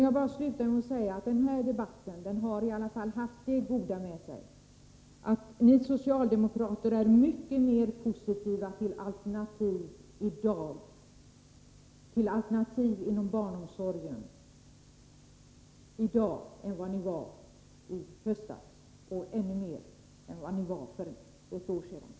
Jag vill sluta med att säga att den här debatten i alla fall har haft det goda med sig att ni socialdemokrater i dag är mycket mera positiva till alternativ inom barnomsorgen än ni var i höstas och ännu mycket mera än vad ni var för ett år sedan.